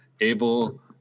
able